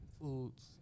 foods